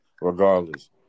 regardless